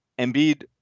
Embiid